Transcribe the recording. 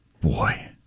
Boy